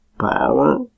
power